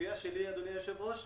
הציפייה שלי, אדוני היושב-ראש,